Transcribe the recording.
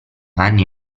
anni